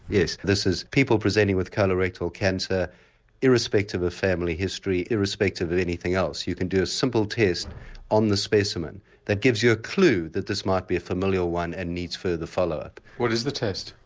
yes, this is people presenting with colorectal cancer irrespective of family history, irrespective of anything else, you can do a simple test on the specimen that gives you a clue that this might be a familial one and needs further follow up. what is the test?